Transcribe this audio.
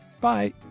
Bye